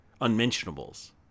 unmentionables